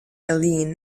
eileen